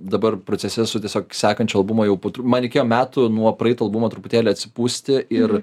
dabar procese su tiesiog sekančio albumo jau po tru man reikėjo metų nuo praeito albumo truputėlį atsipūsti ir